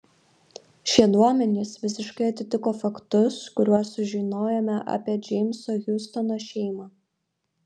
šie duomenys visiškai atitiko faktus kuriuos sužinojome apie džeimso hiustono šeimą